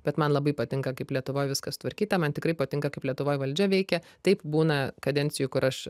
bet man labai patinka kaip lietuvoj viskas sutvarkyta man tikrai patinka kaip lietuvoj valdžia veikia taip būna kadencijų kur aš